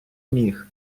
міг